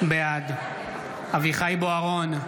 בעד אביחי אברהם בוארון,